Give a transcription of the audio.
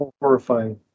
horrifying